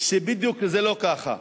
שבדיוק זה לא ככה.